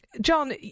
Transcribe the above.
John